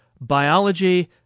biology